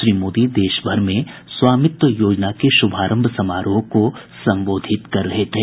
श्री मोदी देश भर में स्वामित्व योजना के शुभारंभ समारोह को संबोधित कर रहे थे